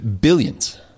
billions